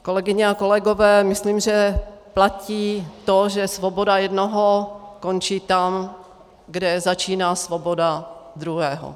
Kolegyně a kolegové, myslím, že platí to, že svoboda jednoho končí tam, kde začíná svoboda druhého.